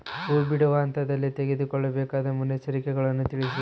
ಹೂ ಬಿಡುವ ಹಂತದಲ್ಲಿ ತೆಗೆದುಕೊಳ್ಳಬೇಕಾದ ಮುನ್ನೆಚ್ಚರಿಕೆಗಳನ್ನು ತಿಳಿಸಿ?